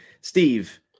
Steve